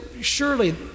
surely